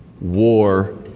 war